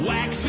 Wax